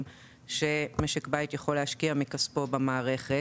שמשק בית יכול להשקיע מכספו במערכת,